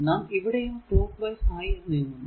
നാം ഇവിടെയും clockwise ആയി നീങ്ങുന്നു